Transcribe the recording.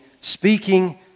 speaking